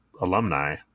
alumni